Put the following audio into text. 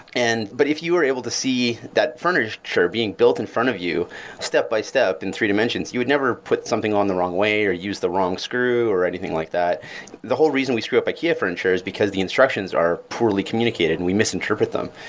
and but if you were able to see that furniture being built in front of you step by step in three dimensions, you would never put something on the wrong way or use the wrong screw or anything like that the whole reason we screw up like yeah for insurers, because the instructions are poorly communicated and we misinterpret them.